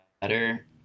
better